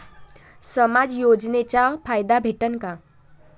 समाज योजनेचा फायदा भेटन का?